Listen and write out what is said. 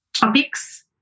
topics